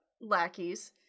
Lackeys